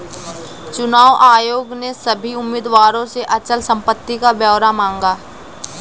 चुनाव आयोग ने सभी उम्मीदवारों से अचल संपत्ति का ब्यौरा मांगा